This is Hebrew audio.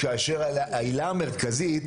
כאשר העילה המרכזית,